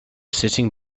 sitting